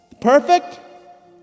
perfect